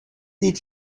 did